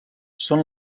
són